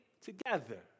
together